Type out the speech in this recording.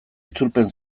itzulpen